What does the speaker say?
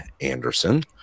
Anderson